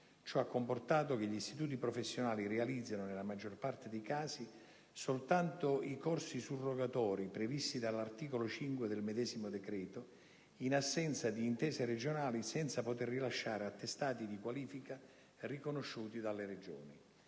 Ciò ha comportato che gli istituti professionali realizzano, nella maggior parte dei casi, soltanto i corsi surrogatori previsti dall'articolo 5 del medesimo decreto, in assenza di intese regionali, senza poter rilasciare attestati di qualifica riconosciuti dalle Regioni.